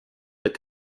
that